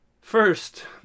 First